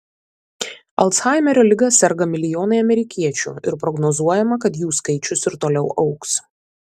alzhaimerio liga serga milijonai amerikiečių ir prognozuojama kad jų skaičius ir toliau augs